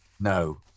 no